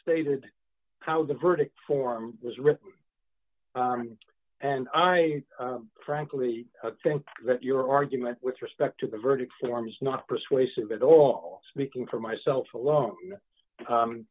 stated how the verdict form was written and i frankly think that your argument with respect to the verdict form is not persuasive at all speaking for myself alone